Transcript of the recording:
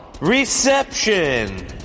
Reception